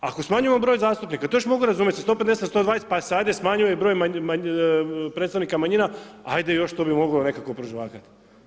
Ako smanjujemo broj zastupnika, to još mogu razumjeti sa 150 na 120, pa se ajde smanjuje broj predstavnika manjina, ajde još to bi mogao nekako prožvakati.